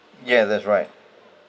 yeah that's right